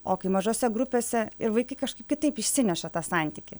o kai mažose grupėse ir vaikai kažkaip kitaip išsineša tą santykį